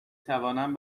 توانم